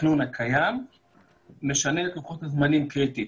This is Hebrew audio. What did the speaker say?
-- לקיים חופש פולחן, פשוט מאוד.